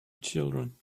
children